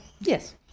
yes